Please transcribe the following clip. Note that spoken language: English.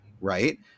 right